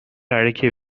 அழகிய